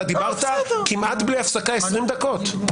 אתה דיברת כמעט בלי הפסקה 20 דקות.